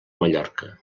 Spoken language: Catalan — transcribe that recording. mallorca